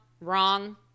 wrong